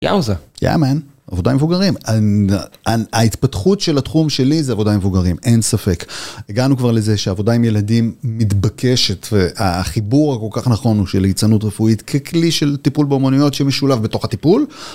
יאוזה. יא-מן, עבודה עם מבוגרים. ההתפתחות של התחום שלי זה עבודה עם מבוגרים, אין ספק. הגענו כבר לזה שעבודה עם ילדים מתבקשת, והחיבור הכל כך נכון הוא של ליצנות רפואית ככלי של טיפול באומנויות שמשולב בתוך הטיפול.